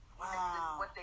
Wow